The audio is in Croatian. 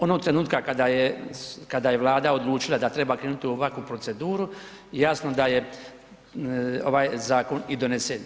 Onog trenutka kada je, kada je Vlada odlučila da treba krenut u ovakvu proceduru jasno da je ovaj zakon i donesen.